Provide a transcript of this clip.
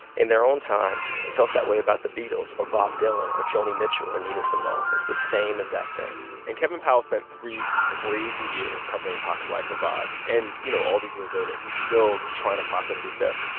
in their own time, felt that way about the beatles or bob dylan or joni mitchell or nina simone. it's the same exact thing and kevin powell spent three crazy years covering pac's life for vibe. and, you know, all these years later, he's still trying to process his death.